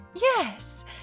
Yes